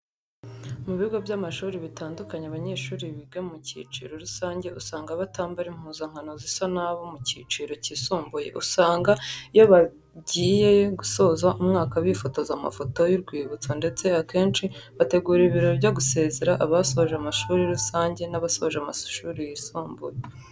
Mu bigo by'amashuri bitandukanye abanyeshuri biga mu kiciro rusanjye usanga batambara impuzankano zisa nabo mu cyiciro cyisumbuye. Usanga iyo bajyiye gusoza umwaka bifotoza amafoto y'urwibutso ndetse akenci bategura ibirori byo gusezera abasoje amashuri rusanjye n'abasoje amashuri yisumbuye.